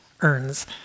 earns